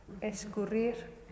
Escurrir